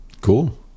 Cool